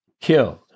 killed